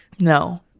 No